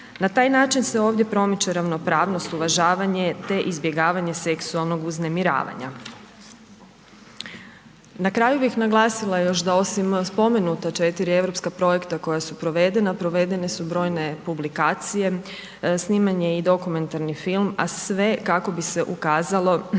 Na taj način se ovdje promiče ravnopravnost, uvažavanje te izbjegavanje seksualnog uznemiravanja. Na kraju bih naglasila još da osim spomenuta 4 europska projekta koja su provedena provedene su brojne publikacije, snimanje i dokumentarni film a sve kako bi se ukazalo